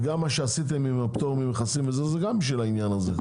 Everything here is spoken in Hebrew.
וגם מה שעשיתם עם הפטור ממכסים גם קשור לעניין הזה.